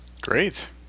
Great